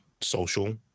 social